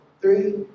Three